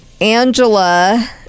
Angela